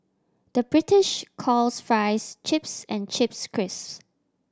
the British calls fries chips and chips crisps